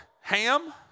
ham